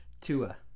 Tua